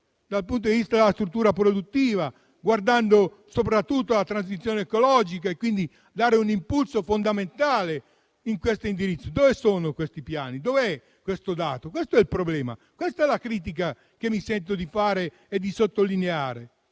dal punto di vista della struttura produttiva, guardando soprattutto alla transizione ecologica, dando quindi un impulso fondamentale in questa direzione, mi chiedo dove siano questi piani e dove sia questo dato. Questo è il problema. Questa è la critica che mi sento di fare e di sottolineare.